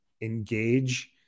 engage